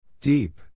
Deep